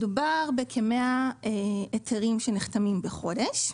מדובר בכ-100 היתרים שנחתמים בחודש,